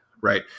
right